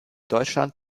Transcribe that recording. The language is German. deutschland